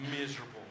miserable